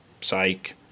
psych